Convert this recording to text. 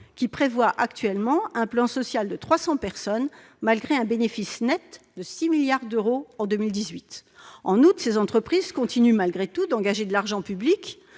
prévoit actuellement un plan social de 300 personnes, malgré un bénéfice net de 6 milliards d'euros en 2018 ! En outre, ces entreprises continuent malgré tout d'engranger de l'argent public